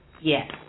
Yes